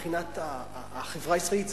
מבחינת החברה הישראלית.